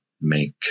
make